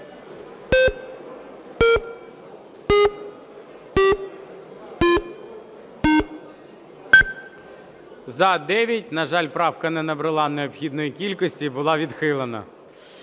За-9 На жаль, правка не набрала необхідної кількості і була відхилена.